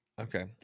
Okay